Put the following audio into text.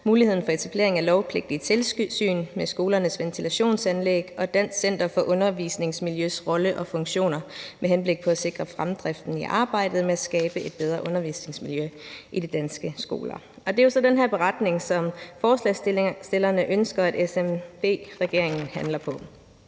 muligheden for etableringen af lovpligtige tilsyn med skolernes ventilationsanlæg og Dansk Center for Undervisningsmiljøs rolle og funktioner med henblik på at sikre fremdriften i arbejdet med at skabe et bedre undervisningsmiljø i de danske skoler. Og det er jo så den her beretning, som forslagsstillerne ønsker at SVM-regeringen handler på.